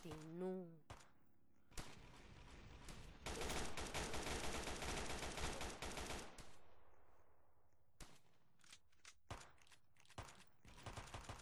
ñtinuu, este.